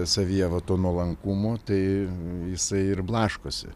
savyje va to nuolankumo tai jisai ir blaškosi